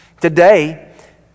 Today